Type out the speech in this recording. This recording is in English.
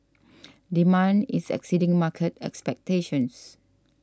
demand is exceeding market expectations